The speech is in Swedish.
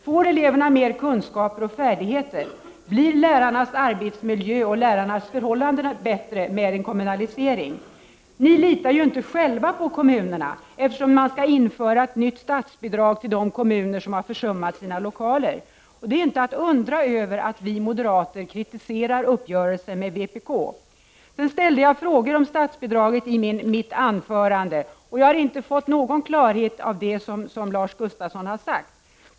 Får eleverna mer kunskaper och färdigheter? Blir lärarnas arbetsmiljö och lärarnas förhållanden bättre av att tjänsterna kommunaliseras? Ni litar ju inte själva på kommunerna, eftersom ni skall införa ett nytt statsbidrag som skall gå till de kommuner som hittills har försummat att vårda sina skollokaler. Det är inte att undra över att vi moderater kritiserar socialdemokraternas uppgörelse med vpk! I mitt anförande ställde jag frågor om statsbidraget. Av det som Lars Gustafsson sagt har jag inte fått någon klarhet.